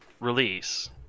release